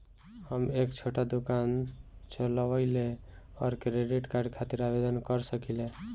हम एक छोटा दुकान चलवइले और क्रेडिट कार्ड खातिर आवेदन कर सकिले?